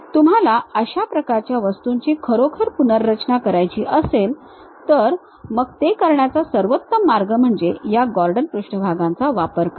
तुम्हाला अशा प्रकारच्या वस्तूंची खरोखर पुनर्रचना करायची असेल तर मग ते करण्याचा सर्वोत्तम मार्ग म्हणजे या गॉर्डन पृष्ठभागांचा वापर करणे